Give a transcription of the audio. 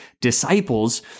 disciples